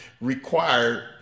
required